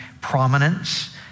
prominence